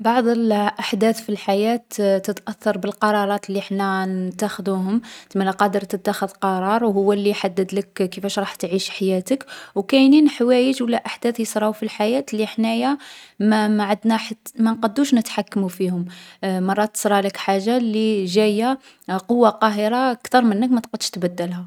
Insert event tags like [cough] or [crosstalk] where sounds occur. بعض الأحداث في الحياة تتأثر بالقرارات لي حنا نتخذوهم. تسمالا قادر تتخذ قرار هو لي يحدد لك كيفاش راح تعيش حياتك، وكاينين حوايج و لا أحداث يصراو في الحياة لي حنايا ما ما عندنا حتـ ما نقدوش نتحكمو فيهم. [hesitation] مرات تصرا لك حاجة لي جاية قوة قاهرة كتر منك، ما تقدش تبدلها.